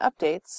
updates